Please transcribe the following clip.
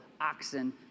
oxen